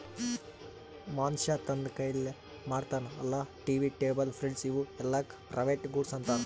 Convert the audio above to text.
ಮನ್ಶ್ಯಾ ತಂದ್ ಕೈಲೆ ಮಾಡ್ತಾನ ಅಲ್ಲಾ ಟಿ.ವಿ, ಟೇಬಲ್, ಫ್ರಿಡ್ಜ್ ಇವೂ ಎಲ್ಲಾಕ್ ಪ್ರೈವೇಟ್ ಗೂಡ್ಸ್ ಅಂತಾರ್